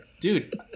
Dude